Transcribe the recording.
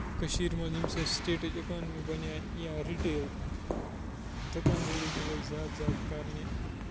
کٔشیٖر منٛز ییٚمہِ سۭتۍ سِٹیٹٕچ اِکانمی بَنے یا رِٹیل دُکان دٲری تہِ لٔج زیادٕ زیادٕ کرنہِ